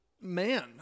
man